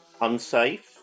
unsafe